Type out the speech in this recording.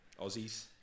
Aussies